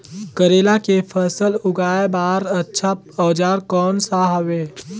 करेला के फसल उगाई बार अच्छा औजार कोन सा हवे?